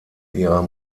ihrer